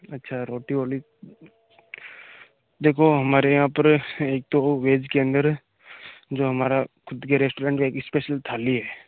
अच्छा रोटी वोटी देखो हमारे यहाँ पर एक तो वह वेज के अंदर जो हमारा खुद के रेस्टोरेन्ट की एक इस्पेशल थाली है